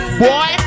boy